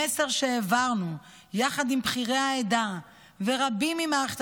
המסר שהעברנו יחד עם בכירי העדה ורבים ממערכת